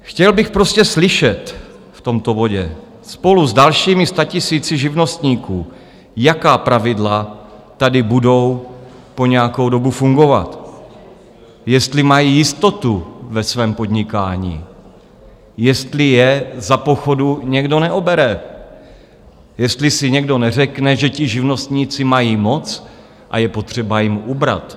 Chtěl bych prostě slyšet v tomto bodě spolu s dalšími statisíci živnostníků, jaká pravidla tady budou po nějakou dobu fungovat, jestli mají jistotu ve svém podnikání, jestli je za pochodu někdo neobere, jestli si někdo neřekne, že ti živnostníci mají moc a je potřeba jim ubrat.